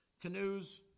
canoes